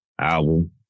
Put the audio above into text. album